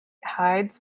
hides